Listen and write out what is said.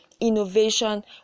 innovation